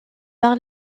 par